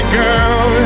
girl